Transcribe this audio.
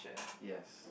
yes